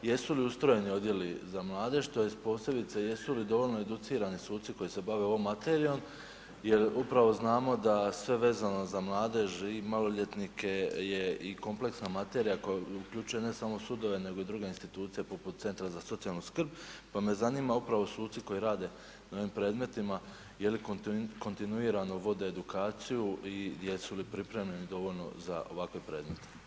Jesu li ustrojeni odjeli za mladež, tj. posebice, jesu li dovoljno educirani suci koji se bave ovom materijom jer upravo znamo da sve vezano za mladež i maloljetnike je i kompleksna materija koja uključuje, ne samo sudove nego i druge institucije poput Centra za socijalnu skrb, pa me zanima upravo suci koji rade na ovim predmetima, je li kontinuirano vode edukaciju i jesu li pripremljeni dovoljno za ovakve predmete?